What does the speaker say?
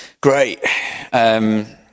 Great